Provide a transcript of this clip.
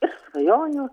ir svajonių